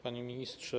Panie Ministrze!